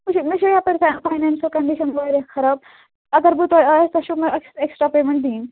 وٕچھ حظ مےٚ چھِ یپٲرۍ فاینانشَل کنڈِشن واریاہ خراب اگر بہٕ تۄہہِ آیس تُہۍ چھُو مےٚ اٮ۪کٕسٹرا پیمٮ۪نٛٹ دِنۍ